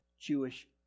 Jewish